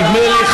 נדמה לי,